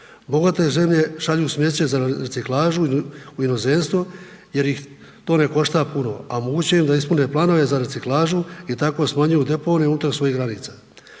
Bogate zemlje šalju smeće za reciklažu u inozemstvo jer ih to ne košta puno, a moguće da im ispune planove za reciklažu i tako smanjuju deponije unutar svojih granica.